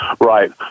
Right